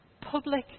public